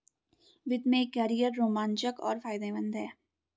वित्त में एक कैरियर रोमांचक और फायदेमंद है